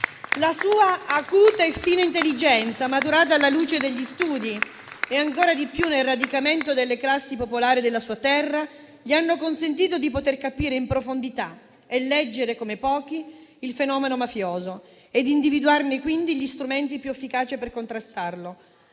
La sua acuta e fine intelligenza, maturata alla luce degli studi e ancora di più nel radicamento delle classi popolari della sua terra, gli hanno consentito di poter capire in profondità e leggere come pochi il fenomeno mafioso e individuare quindi gli strumenti più efficaci per contrastarlo.